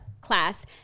class